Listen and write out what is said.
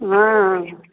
हँ